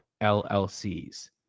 LLCs